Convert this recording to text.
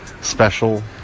special